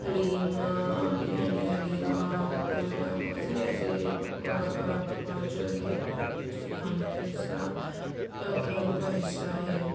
حلیم بریانی حلیم اور بہت سارے ایسے پکوا پکوان جو ہے اتر پردیش کے کھاںوں کا حصہ کھانوں کا حصہ ہے